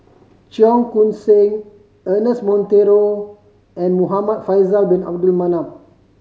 Cheong Koon Seng Ernest Monteiro and Muhamad Faisal Bin Abdul Manap